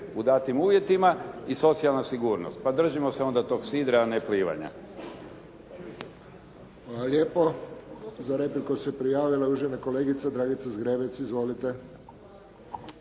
u datim uvjetima i socijalna sigurnost. Pa držimo se onda tog sidra, a ne plivanja.